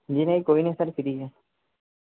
जी नहीं कोई नहीं सर फ़्री है